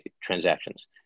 transactions